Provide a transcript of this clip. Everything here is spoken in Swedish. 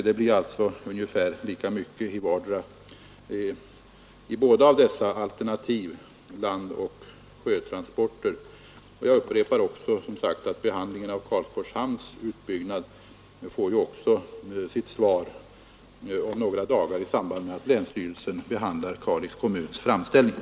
Det blir alltså ungefär lika mycket gods i båda dessa alternativ: landoch sjötransporter. Jag upprepar att behandlingen av utbyggnaden av Karlsborgs hamn också får sitt svar om några dagar i samband med att länsstyrelsen behandlar Kalix kommuns framställning.